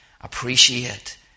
appreciate